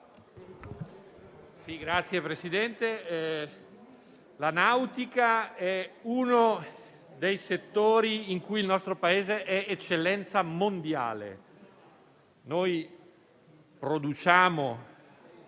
la nautica è uno dei settori in cui il nostro Paese è eccellenza mondiale. Noi produciamo